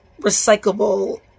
recyclable